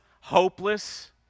hopeless